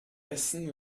essen